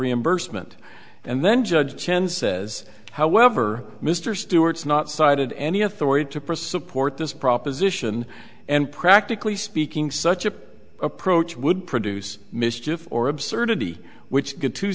reimbursement and then judge chen says however mr stewart's not cited any authority to pursue port this proposition and practically speaking such a approach would produce mischief or absurdity which good to